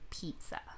pizza